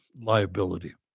liability